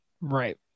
Right